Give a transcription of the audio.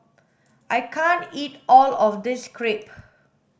I can't eat all of this Crepe